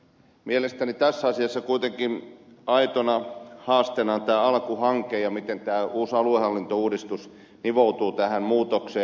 mielestäni tässä asiassa kuitenkin aitona haasteena on tämä alku hanke ja se miten tämä uusi aluehallintouudistus nivoutuu tähän muutokseen